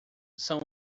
são